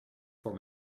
voor